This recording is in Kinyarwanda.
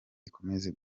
ikomeze